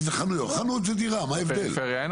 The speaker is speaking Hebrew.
חנות זה דירה, מה ההבדל.